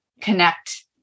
connect